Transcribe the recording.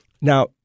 Now